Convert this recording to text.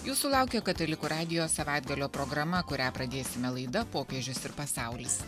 jūsų laukia katalikų radijo savaitgalio programa kurią pradėsime laida popiežius ir pasaulis